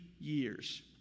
years